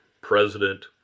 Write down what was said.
president